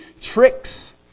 tricks